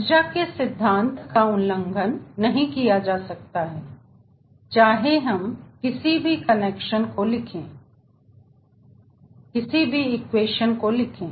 ऊर्जा के सिद्धांत का उल्लंघन नहीं किया जा सकता चाहे हम किसी भी क्वेश्चन को लिखें